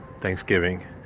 Thanksgiving